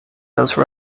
those